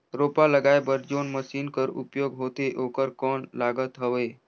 रोपा लगाय बर जोन मशीन कर उपयोग होथे ओकर कौन लागत हवय?